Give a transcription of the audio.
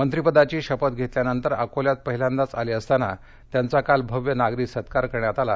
मश्रीपदाची शपथ घेतल्यानस्ति अकोल्यात पहिल्याद्वीव आले असताना त्याद्वी काल भव्य नागरी सत्कार करण्यात आला